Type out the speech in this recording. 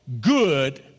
good